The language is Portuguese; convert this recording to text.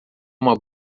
uma